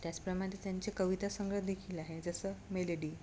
त्याचप्रमाणे त्यांचे कविता संग्रह देखील आहे जसं मेलडी